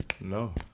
No